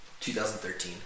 2013